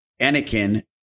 Anakin